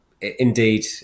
indeed